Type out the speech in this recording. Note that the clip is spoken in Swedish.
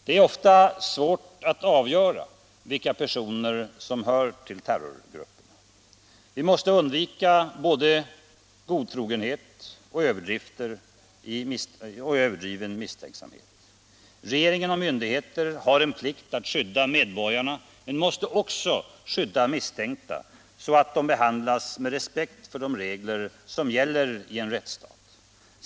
Det är ofta svårt att avgöra vilka personer som hör till terrorgrupperna. Vi måste undvika både godtrogenhet och överdriven misstänksamhet. Regeringen och myndigheter har en plikt att skydda medborgarna men måste också skydda misstänkta, så att de behandlas med respekt för de regler som gäller i en rättsstat.